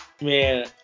Man